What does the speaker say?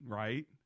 right